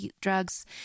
drugs